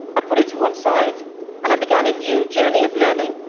i put it to one side and i began a new journey of learning,